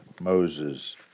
Moses